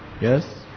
Yes